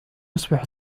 يصبح